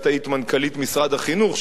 את היית מנכ"לית משרד החינוך,